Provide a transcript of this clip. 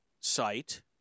site